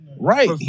Right